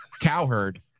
Cowherd